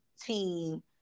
team